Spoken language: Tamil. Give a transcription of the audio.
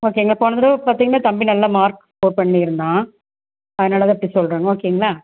ஓகேங்களா போனதடவை பார்த்தீங்கனா தம்பி நல்ல மார்க் ஸ்கோர் பண்ணிருந்தான் அதனால் தான் இப்படி சொல்லுறன் ஓகேங்களா